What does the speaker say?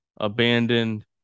Abandoned